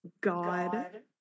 God